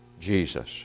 Jesus